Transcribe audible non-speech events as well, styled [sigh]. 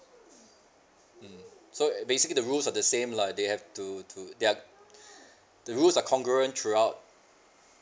mm so basically the rules are the same lah they have to to their [breath] the rules are congruent throughout